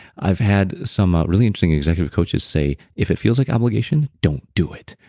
i've had some ah really interesting executive coaches say if it feels like obligation, don't do it.